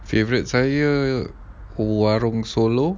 favourite saya warung solo